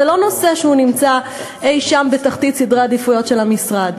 זה לא נושא שנמצא אי-שם בתחתית סדרי העדיפויות של המשרד.